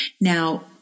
Now